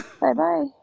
bye-bye